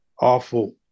awful